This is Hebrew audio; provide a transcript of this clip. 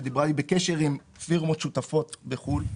אני בקשר עם פירמות שותפות בחו"ל.